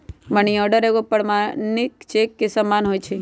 money order एगो प्रमाणिक cheque के समान होइ छै